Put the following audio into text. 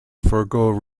forego